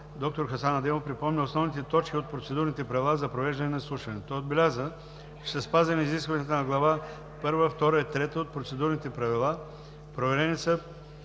доктор Хасан Адемов припомни основните точки от Процедурните правила за провеждане на изслушването. Той отбеляза, че са спазени изискванията на глави I, II и III от Процедурните правила, проверени са